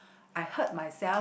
I hurt myself